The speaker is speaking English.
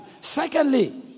Secondly